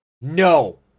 No